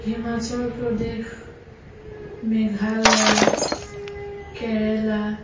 Himachal Pradesh Meghalaya Kerala